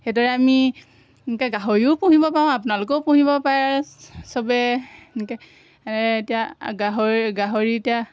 সেইদৰে আমি এনেকৈ গাহৰিও পুহিব পাৰোঁ আপোনালোকেও পুহিব পাৰে চবে এনেকৈ এই এতিয়া গাহৰি গাহৰি এতিয়া